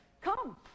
Come